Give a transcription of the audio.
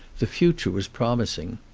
the future was prom ising.